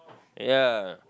ya